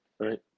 Right